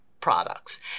products